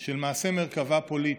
של מעשה מרכבה פוליטי.